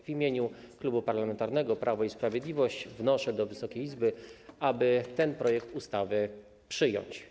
W imieniu Klubu Parlamentarnego Prawo i Sprawiedliwość wnoszę do Wysokiej Izby o to, aby ten projekt ustawy przyjąć.